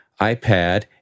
ipad